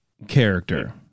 character